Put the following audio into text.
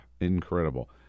Incredible